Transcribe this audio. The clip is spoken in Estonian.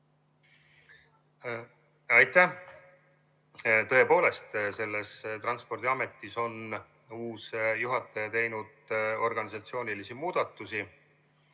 Aitäh! Tõepoolest, Transpordiametis on uus juhataja teinud organisatsioonilisi muudatusi,